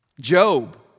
job